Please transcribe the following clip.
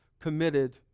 committed